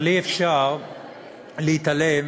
אבל אי-אפשר להתעלם